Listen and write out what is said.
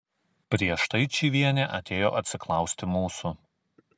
prieš tai čyvienė atėjo atsiklausti mūsų